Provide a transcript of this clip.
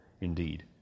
indeed